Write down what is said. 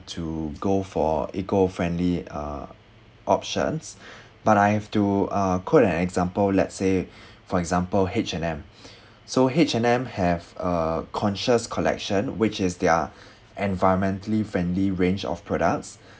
to go for eco friendly uh options but I've to uh quote an example let's say for example H_N_M so H_N_M have a conscious collection which is their environmentally friendly range of products